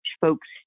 folks